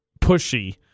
pushy